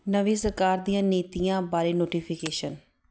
ਨਵੀਂ ਸਰਕਾਰ ਦੀਆਂ ਨੀਤੀਆਂ ਬਾਰੇ ਨੋਟੀਫਿਕੇਸ਼ਨ